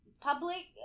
public